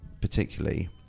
particularly